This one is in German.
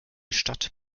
stadt